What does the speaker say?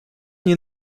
nie